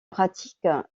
pratique